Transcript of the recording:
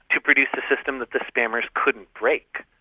to produce a system that the spammers couldn't break.